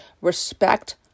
respect